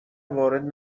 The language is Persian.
وارد